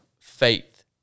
faith